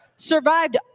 survived